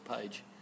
page